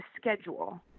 schedule